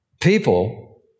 people